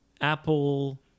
Apple